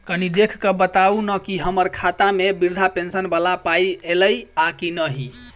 कनि देख कऽ बताऊ न की हम्मर खाता मे वृद्धा पेंशन वला पाई ऐलई आ की नहि?